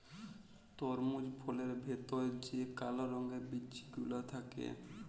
তরমুজ ফলের ভেতর যে কাল রঙের বিচি গুলা থাক্যে